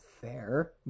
Fair